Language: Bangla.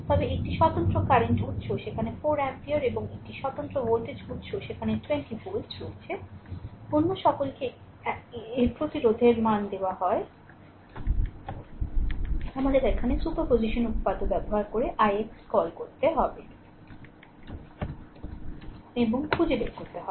তবে একটি স্বতন্ত্র কারেন্ট উত্স সেখানে 4 অ্যাম্পিয়ার এবং একটি স্বতন্ত্র ভোল্টেজ উৎস সেখানে 20 ভোল্ট রয়েছে অন্য সকলকে এ প্রতিরোধের মান দেওয়া হয় আমাদের এখানে সুপারপজিশন উপপাদ্য ব্যবহার করে ix খুঁজে বের করতে হবে